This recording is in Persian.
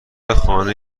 خانه